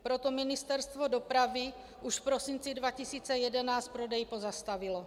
Proto Ministerstvo dopravy už v prosinci 2011 prodej pozastavilo.